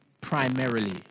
Primarily